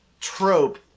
trope